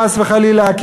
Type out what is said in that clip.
חס וחלילה,